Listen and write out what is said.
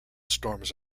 storms